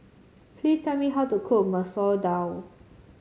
please tell me how to cook Masoor Dal